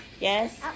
Yes